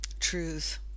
truth